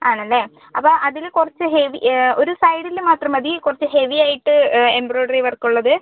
ആണല്ലേ അപ്പോൾ അതിൽ കുറച്ച് ഹെവി ഒരു സൈഡിൽ മാത്രം മതി കുറച്ച് ഹെവിയായിട്ട് എംബ്രോയിഡറി വർക്കുള്ളത്